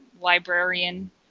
librarian